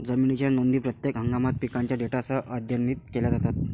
जमिनीच्या नोंदी प्रत्येक हंगामात पिकांच्या डेटासह अद्यतनित केल्या जातात